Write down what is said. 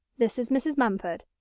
this is mrs. mumford.